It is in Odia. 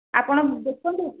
ଆପଣ ଦେଖନ୍ତୁ